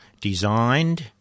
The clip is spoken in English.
designed